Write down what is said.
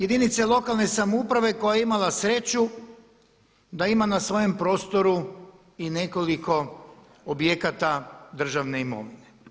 Jedinice lokalne samouprave koja je imala sreću da ima na svojem prostoru i nekoliko objekata državne imovine.